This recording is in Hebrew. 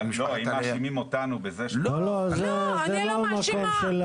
אבל אם מאשימים אותנו בזה --- לא, זה לא במקום.